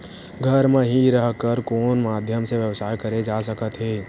घर म हि रह कर कोन माध्यम से व्यवसाय करे जा सकत हे?